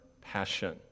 passion